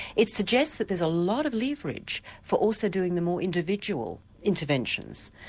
it suggests that there's a lot of leverage for also doing the more individual interventions,